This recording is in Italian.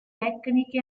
tecniche